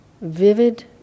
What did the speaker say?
vivid